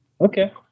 Okay